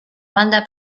banda